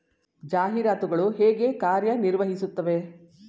ಜಾಹೀರಾತುಗಳು ಹೇಗೆ ಕಾರ್ಯ ನಿರ್ವಹಿಸುತ್ತವೆ?